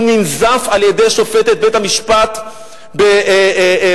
הוא ננזף על-ידי שופטת בית-המשפט בבאר-שבע